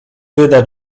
wyda